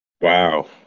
Wow